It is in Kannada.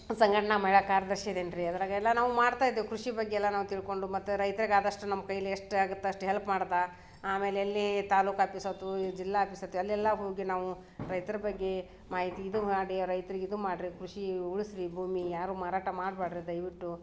ಸಂಘಟನ ಮೇಳ ಕಾರ್ಯದರ್ಶಿ ಇದ್ದೇನ್ರಿ ಅದರಾಗೆಲ್ಲ ನಾವು ಮಾಡ್ತಾ ಇದ್ದೇವೆ ಕೃಷಿ ಬಗ್ಗೆ ಎಲ್ಲ ನಾವು ತಿಳ್ಕೊಂಡು ಮತ್ತು ರೈತ್ರಿಗೆ ಆದಷ್ಟು ನಮ್ಮ ಕೈಯ್ಲಿ ಎಷ್ಟು ಆಗುತ್ತೆ ಅಷ್ಟು ಹೆಲ್ಪ್ ಮಾಡ್ತಾ ಆಮೇಲೆ ಅಲ್ಲಿ ತಾಲ್ಲೂಕು ಆಪೀಸ್ ಅದು ಈ ಜಿಲ್ಲಾ ಆಪೀಸ್ ಅದು ಅಲ್ಲೆಲ್ಲ ಹೋಗಿ ನಾವು ರೈತ್ರ ಬಗ್ಗೆ ಮಾಹಿತಿ ಇದು ಮಾಡಿ ರೈತ್ರಿಗೆ ಇದು ಮಾಡಿರಿ ಕೃಷಿ ಉಳಿಸಿರಿ ಭೂಮಿ ಯಾರು ಮಾರಾಟ ಮಾಡ್ಬೇಡ್ರಿ ದಯವಿಟ್ಟು